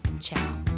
ciao